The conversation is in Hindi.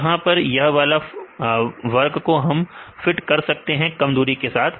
तू यहां पर यह वाला वर्क को हम फिट कर सकते हैं से कम दूरी के साथ